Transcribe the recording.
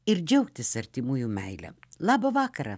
ir džiaugtis artimųjų meile labą vakarą